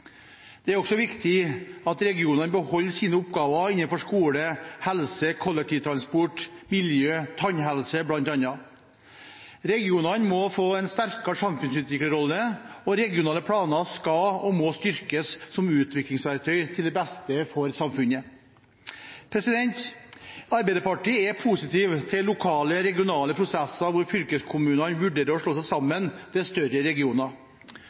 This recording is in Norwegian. Det er også viktig at regionene beholder sine oppgaver innenfor skole, helse, kollektivtransport, miljø og tannhelse bl.a. Regionene må få en sterkere samfunnsutviklerrolle, og regionale planer skal og må styrkes som utviklingsverktøy til det beste for samfunnet. Arbeiderpartiet er positiv til lokale og regionale prosesser hvor fylkeskommunene vurderer å slå seg sammen til større regioner.